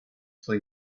play